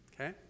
okay